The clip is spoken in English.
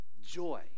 joy